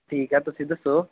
ਠੀਕ ਆ ਤੁਸੀਂ ਦੱਸੋ